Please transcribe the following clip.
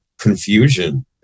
Confusion